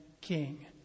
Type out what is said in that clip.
king